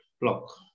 block